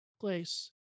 place